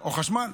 או חשמל.